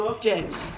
James